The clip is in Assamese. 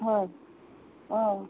হয় অঁ